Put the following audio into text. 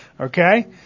Okay